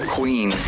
Queen